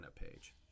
page